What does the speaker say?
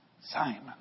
Simon